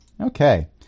Okay